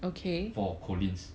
for collin's